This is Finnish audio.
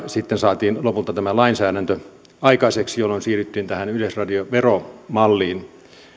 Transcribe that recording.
sitten saatiin lopulta tämä lainsäädäntö aikaiseksi jolloin siirryttiin tähän yleisradiovero malliin